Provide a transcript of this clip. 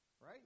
Right